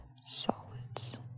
solids